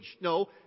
No